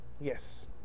Yes